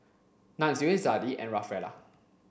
Nunzio Zadie and Rafaela